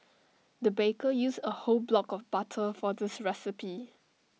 the baker used A whole block of butter for this recipe